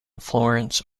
florence